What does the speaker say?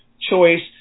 choice